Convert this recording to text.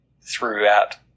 throughout